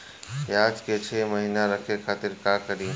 प्याज के छह महीना रखे खातिर का करी?